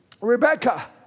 Rebecca